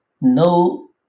no